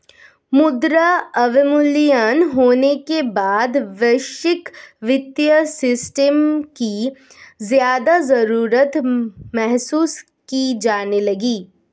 मुद्रा अवमूल्यन होने के बाद वैश्विक वित्तीय सिस्टम की ज्यादा जरूरत महसूस की जाने लगी